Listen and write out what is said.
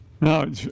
No